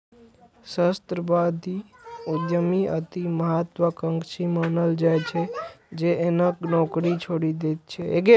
सहस्राब्दी उद्यमी अति महात्वाकांक्षी मानल जाइ छै, जे अनेक नौकरी छोड़ि दैत छै